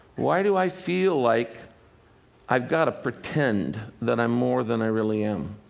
why do i feel like i've got to pretend that i'm more than i really am?